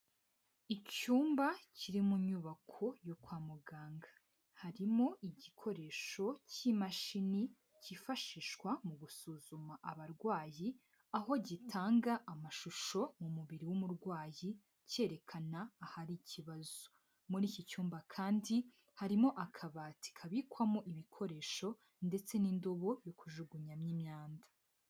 Icyumba kiri mu nyubako yo kwa muganga. Harimo igikoresho cy'imashini cyifashishwa mu gusuzuma abarwayi, aho gitanga amashusho mu mubiri w'umurwayi, cyerekana ahari ikibazo. Muri iki cyumba kandi, harimo akabati kabikwamo ibikoresho ndetse n'indobo yo kujugunyamo imyanda.